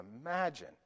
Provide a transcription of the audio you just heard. imagine